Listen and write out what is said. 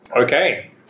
Okay